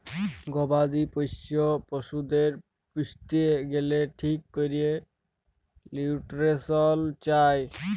গবাদি পশ্য পশুদের পুইসতে গ্যালে ঠিক ক্যরে লিউট্রিশল চায়